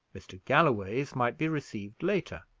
mr. galloway's might be received later.